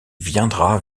viendra